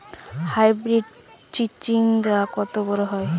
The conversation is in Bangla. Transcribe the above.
হাইব্রিড চিচিংঙ্গা কত বড় হয়?